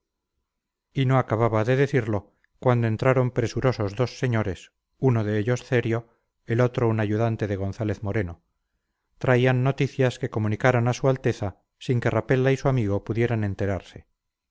y no acababa de decirlo cuando entraron presurosos dos señores uno de ellos cerio el otro un ayudante de gonzález moreno traían noticias que comunicaron a su alteza sin que rapella y su amigo pudieran enterarse